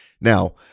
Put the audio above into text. Now